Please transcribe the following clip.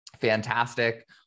fantastic